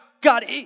God